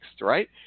right